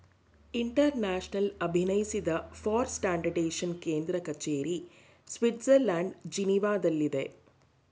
international ಅಭಿನಯಿಸಿದ for standardisation ಕೇಂದ್ರ ಕಚೇರಿ ಸ್ವಿಡ್ಜರ್ಲ್ಯಾಂಡ್ ಜಿನೀವಾದಲ್ಲಿದೆ